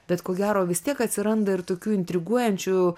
bet ko gero vis tiek atsiranda ir tokių intriguojančių